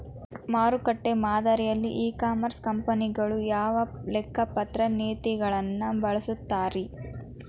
ಮಾರುಕಟ್ಟೆ ಮಾದರಿಯಲ್ಲಿ e commerce ಕಂಪನಿಗಳು ಯಾವ ಲೆಕ್ಕಪತ್ರ ನೇತಿಗಳನ್ನ ಬಳಸುತ್ತಾರಿ?